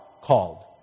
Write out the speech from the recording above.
called